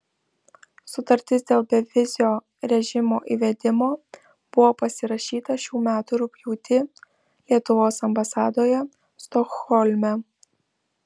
sutartis dėl bevizio režimo įvedimo buvo pasirašyta šių metų rugpjūtį lietuvos ambasadoje stokholme